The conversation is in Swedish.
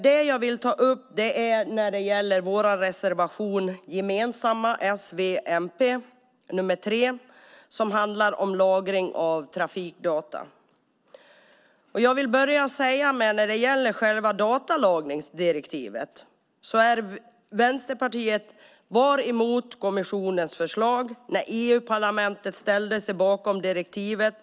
S, v och mp har en gemensam reservation 3 som handlar om lagring av trafikdata. Vad gäller själva datalagringsdirektivet var Vänsterpartiet emot kommissionens förslag, och vi var emot när EU-parlamentet ställde sig bakom direktivet.